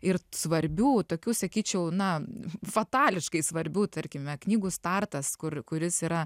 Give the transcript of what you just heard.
ir svarbių tokių sakyčiau na fatališkai svarbių tarkime knygų startas kur kuris yra